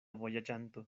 vojaĝanto